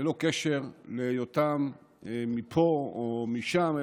ללא קשר להיותם מפה או משם,